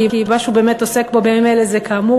כי מה שהוא באמת עוסק בו בימים אלה זה כאמור